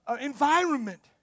environment